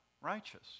Righteous